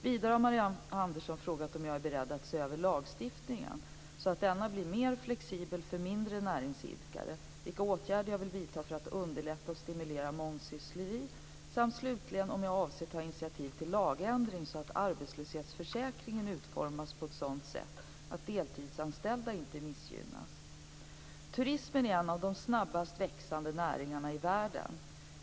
Vidare har Marianne Andersson frågat om jag är beredd att se över lagstiftningen så att denna blir mer flexibel för mindre näringsidkare, vilka åtgärder jag vill vidta för att underlätta och stimulera mångsyssleri samt slutligen om jag avser att ta initiativ till lagändring så att arbetslöshetsförsäkringen utformas på ett sådant sätt att deltidsanställda inte missgynnas. Turismen är en av de snabbast växande näringarna i världen.